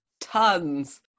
Tons